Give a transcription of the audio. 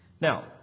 Now